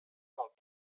nogi